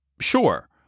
sure